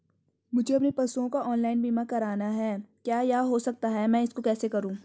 मुझे अपने पशुओं का ऑनलाइन बीमा करना है क्या यह हो सकता है मैं इसको कैसे करूँ?